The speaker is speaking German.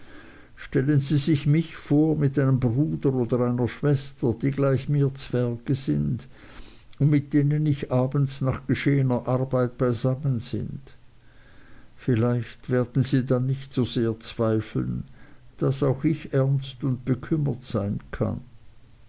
stellen sie sich mich vor mit einem bruder oder einer schwester die gleich mir zwerge sind und mit denen ich abends nach geschehener arbeit beisammen bin vielleicht werden sie dann nicht so sehr zweifeln daß auch ich ernst und bekümmert sein kann